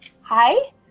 Hi